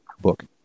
book